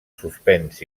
suspens